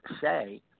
say